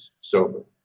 sober